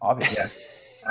Yes